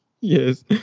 Yes